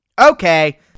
Okay